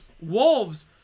Wolves